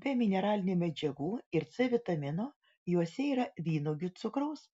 be mineralinių medžiagų ir c vitamino juose yra vynuogių cukraus